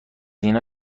اینا